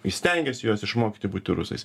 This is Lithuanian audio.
jis stengias juos išmokyti būti rusais